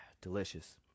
Delicious